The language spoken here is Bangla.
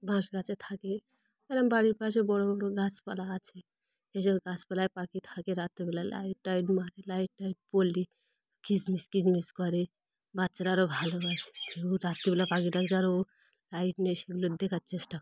বাঁশ গাছে থাকে এরম বাড়ির পাশে বড়ো বড়ো গাছপালা আছে এইসব গাছপালায় পাখি থাকে রাত্রিবেলা লাইট টাইট মারে লাইট টাইট পড়লে কিচমিচ কিচমিচ করে বাচ্চারা আরও ভালোবাসে যে রাত্রিবেলা পাখি ডাকে আরও লাইট নেই সেগুলো দেখার চেষ্টা করে